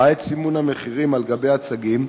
ראה את סימון המחירים על גבי הצגים,